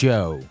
Joe